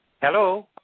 Hello